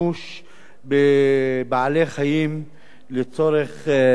בבעלי-חיים לצורך מחקר,